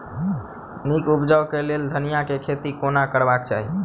नीक उपज केँ लेल धनिया केँ खेती कोना करबाक चाहि?